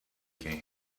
can